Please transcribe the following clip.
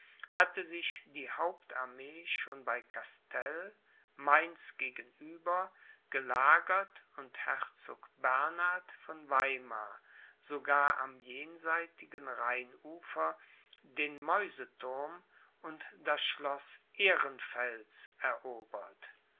hatte sich die hauptarmee schon bei castel mainz gegenüber gelagert und herzog bernhard von weimar sogar am jenseitigen rheinufer den mäusethurm und das schloß ehrenfels erobert